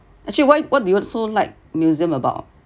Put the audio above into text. actually why what do you so like museum about